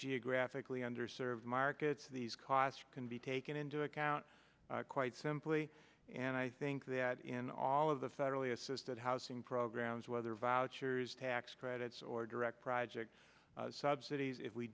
geographically under served markets these costs can be taken into account quite simply and i think that in all of the federally assisted housing programs whether vouchers tax credits or direct project subsidies if we